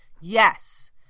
Yes